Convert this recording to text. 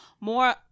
More